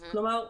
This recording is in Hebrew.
כלומר,